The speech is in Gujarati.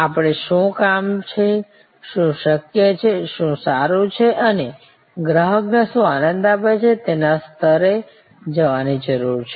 આપણે શું કામ છે શું શક્ય છે શું સારું છે અને ગ્રાહકને શું આનંદ આપે છે તેના સ્તરે જવાની જરૂર છે